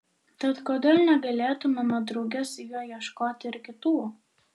tad kodėl negalėtumėme drauge su juo ieškoti ir kitų